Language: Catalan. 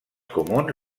comuns